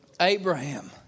Abraham